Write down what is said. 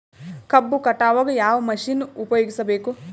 ಕಬ್ಬು ಕಟಾವಗ ಯಾವ ಮಷಿನ್ ಉಪಯೋಗಿಸಬೇಕು?